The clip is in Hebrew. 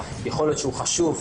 יכול להיות שהוא חשוב,